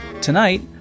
Tonight